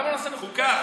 למה לא נעשה בחוקה?